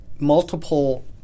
Multiple